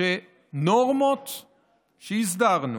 שנורמות שהסדרנו,